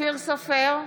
אופיר סופר,